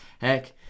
heck